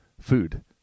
food